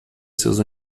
seus